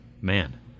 man